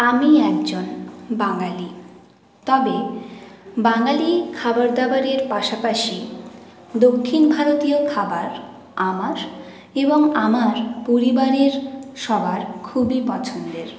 আমি একজন বাঙালি তবে বাঙালি খাবার দাবারের পাশাপাশি দক্ষিণ ভারতীয় খাবার আমার এবং আমার পরিবারের সবার খুবই পছন্দের